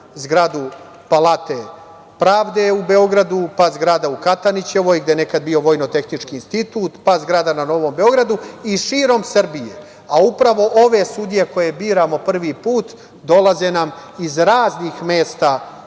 zgradu Palate pravde u Beogradu, zgrada u Katanićevoj, gde je nekada bio Vojno-tehnički institut, pa zgrada na Novom Beogradu i širom Srbije. Upravo ove sudije koje biramo prvi put dolaze nam iz raznih mesta naše